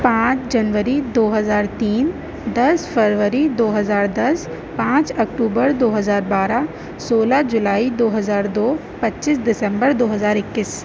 پانچ جنوری دو ہزار تین دس فروری دو ہزار دس پانچ اکٹوبر دو ہزار بارہ سولہ جولائی دو ہزار دو پچیس دسمبر دو ہزار اکیس